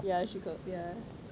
ya street court ya